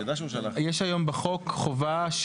יש היום בחוק חובה,